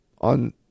on